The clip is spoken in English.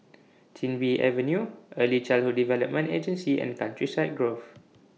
Chin Bee Avenue Early Childhood Development Agency and Countryside Grove